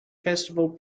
festival